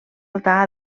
altar